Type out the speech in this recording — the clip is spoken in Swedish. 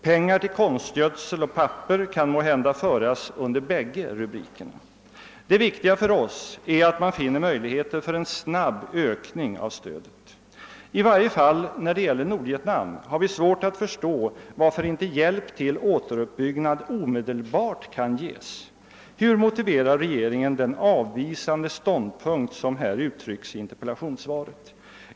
Pengar till konstgödsel och papper kan måhända föras under bägge rubrikerna. Det viktiga för oss är att vi finner möjligheter för en snabb ökning av stödet. I varje fall har vi när det gäller Nordvietnam svårt att förstå varför inte hjälp till återuppbyggnad omedelbart kan ges. Hur motiverar regeringen den avvisande ståndpunkt som uttrycks i interpellationssvaren?